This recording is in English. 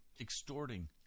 extorting